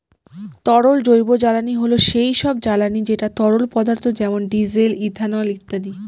তরল জৈবজ্বালানী হল সেই সব জ্বালানি যেটা তরল পদার্থ যেমন ডিজেল, ইথানল ইত্যাদি